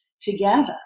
together